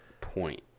point